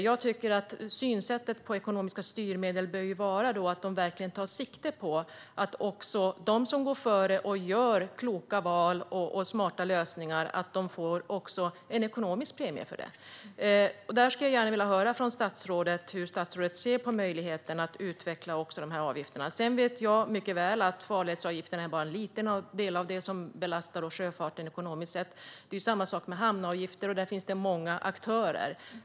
Jag tycker att synsättet på ekonomiska styrmedel bör vara att de verkligen ska ta sikte på att de som går före med kloka val och smarta lösningar också får en ekonomisk premie för det. Jag skulle gärna vilja höra hur statsrådet ser på möjligheten att utveckla de här avgifterna. Sedan vet jag mycket väl att farledsavgifterna bara är en liten del av det som belastar sjöfarten ekonomiskt sett. Det är samma sak med hamnavgifter. Där finns det många aktörer.